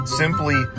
simply